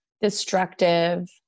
destructive